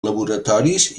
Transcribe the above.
laboratoris